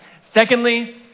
Secondly